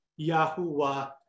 Yahuwah